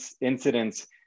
incidents